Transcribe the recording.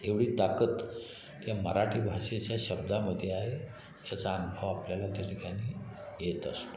एवढी ताकद या मराठी भाषेच्या शब्दामध्ये आहे याचा अनुभव आपल्याला त्या ठिकाणी येत असतो